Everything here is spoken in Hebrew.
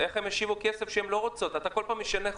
יבגני.